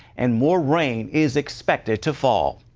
and more rain is expected to fall.